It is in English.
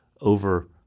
over